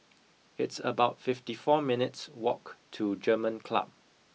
it's about fifty four minutes' walk to German Club